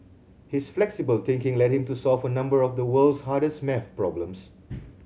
his flexible thinking led him to solve a number of the world's hardest maths problems